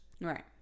Right